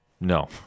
no